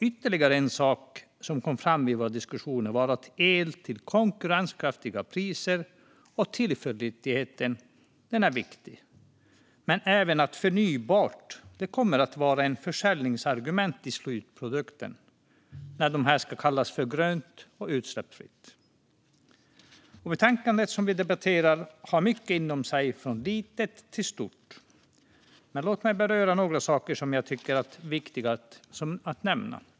Ytterligare något som kom fram vid våra diskussioner var att el till konkurrenskraftiga priser är viktigt, liksom tillförlitlighet, men även att förnybart kommer att vara ett försäljningsargument för slutprodukten, när den ska kallas för grön och utsläppsfri. Det betänkande vi debatterar innehåller mycket, från smått till stort. Låt mig beröra några saker som jag tycker är viktiga att nämna.